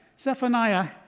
Zephaniah